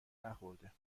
نخورده